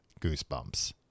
Goosebumps